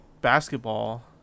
basketball